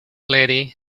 lady